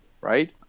right